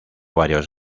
varios